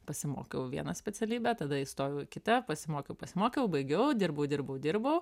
pasimokiau vieną specialybę tada įstojau į kitą pasimokiau pasimokiau baigiau dirbau dirbau dirbau